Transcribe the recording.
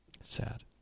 Sad